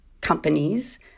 companies